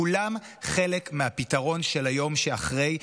כולם חלק מהפתרון של היום שאחרי,